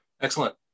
Excellent